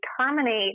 terminate